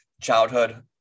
childhood